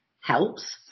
helps